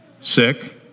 Sick